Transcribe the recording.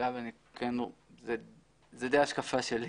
זו ההשקפה שלי